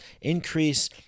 Increase